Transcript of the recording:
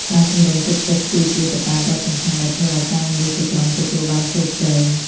ការជំរុញទឹកចិត្តគឺជាកត្តាដ៏សំខាន់ដែលធ្វើឲ្យការងារជាក្រុមទទួលបានជោគជ័យ។